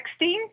texting